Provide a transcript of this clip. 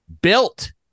built